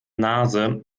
nase